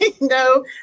No